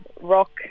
rock